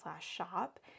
shop